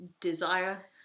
desire